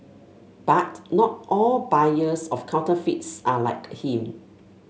but not all buyers of counterfeits are like him